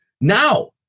Now